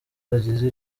bagize